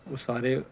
ਉਹ ਸਾਰੇ